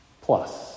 plus